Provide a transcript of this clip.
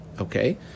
Okay